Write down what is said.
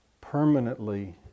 Permanently